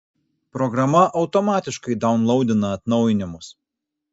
programa automatiškai daunlaudina atnaujinimus